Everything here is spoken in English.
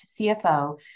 CFO